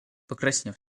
покраснев